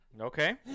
Okay